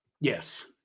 Yes